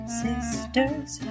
sisters